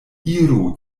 iru